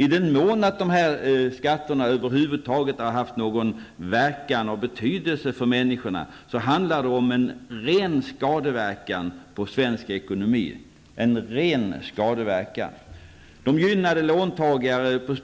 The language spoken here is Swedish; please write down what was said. I den mån dessa skatter över huvud taget har haft någon verkan och betydelse för människorna handlar det om en ren skadeverkan på svensk ekonomi. Dessa skatter gynnade låntagare på